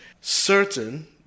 certain